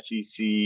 SEC